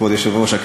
כבוד היושב-ראש,